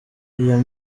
iyo